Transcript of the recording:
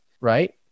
right